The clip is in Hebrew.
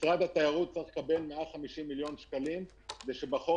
משרד התיירות צריך לקבל 150 מיליון שקלים כדי שבחוק